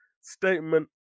statement